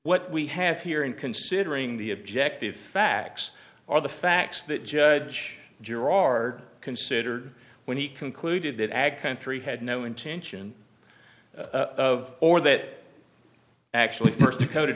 what we have here in considering the objective facts are the facts that judge gerard considered when he concluded that ag country had no intention of or that actually